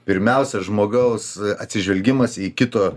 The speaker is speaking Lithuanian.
pirmiausia žmogaus atsižvelgimas į kito